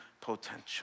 potential